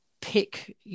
pick